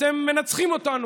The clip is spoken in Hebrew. אתם מנצחים אותנו.